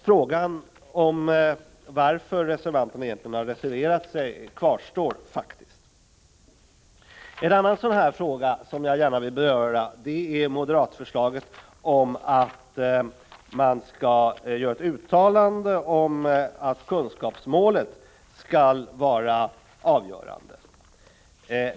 Frågan om varför man egentligen har reserverat sig kvarstår faktiskt. En annan fråga som jag gärna vill beröra är moderatförslaget om att riksdagen skall göra ett uttalande om att kunskapsmålet skall vara avgörande.